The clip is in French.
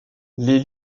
les